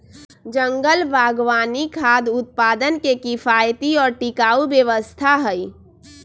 जंगल बागवानी खाद्य उत्पादन के किफायती और टिकाऊ व्यवस्था हई